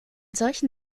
solchen